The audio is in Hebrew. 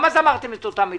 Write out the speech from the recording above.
גם אז אמרתם את אותן מילים,